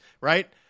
right